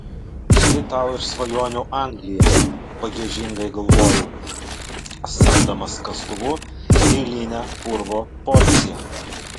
štai tau ir svajonių anglija pagiežingai galvojau semdamas kastuvu eilinę purvo porciją